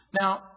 Now